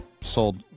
sold